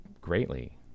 greatly